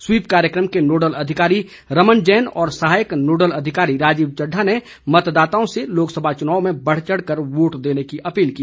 SVEEP कार्यक्रम के nodal अधिकारी रमन जैन और सहायक नोडल अधिकारी राजीव चड़ढा ने मतदाताओं से लोकसभा चुनाव में बढ़ चढ़कर वोट देने की अपील की